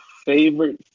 Favorite